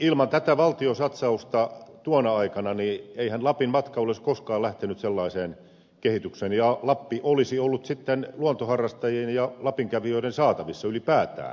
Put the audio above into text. ilman tätä valtion satsausta tuona aikana eihän lapin matkailu olisi koskaan lähtenyt sellaiseen kehitykseen eikä lappi olisi ollut sitten luontoharrastajien ja lapin kävijöiden saatavissa ylipäätään